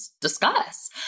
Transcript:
discuss